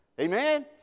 Amen